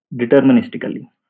deterministically